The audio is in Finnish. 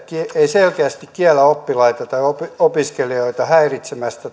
ei selkeästi kiellä oppilaita tai opiskelijoita häiritsemästä